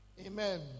Amen